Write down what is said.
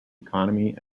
economy